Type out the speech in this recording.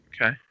Okay